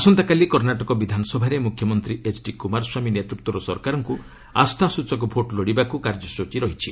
ଆସନ୍ତାକାଲି କର୍ଷ୍ଣାଟକ ବିଧାନସଭାରେ ମୁଖ୍ୟମନ୍ତ୍ରୀ ଏଚ୍ଡି କୁମାରସ୍ୱାମୀ ନେତୃତ୍ୱର ସରକାରଙ୍କୁ ଆସ୍ଥାସଚକ ଭୋଟ୍ ଲୋଡ଼ିବାକୁ କାର୍ଯ୍ୟସଚୀ ରହିଛି